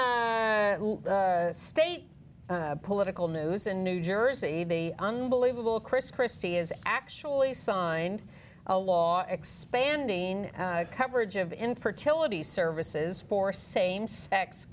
the state political news in new jersey the unbelievable chris christie is actually signed a law expanding coverage of infertility services for same sex